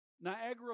Niagara